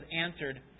answered